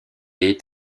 est